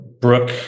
Brooke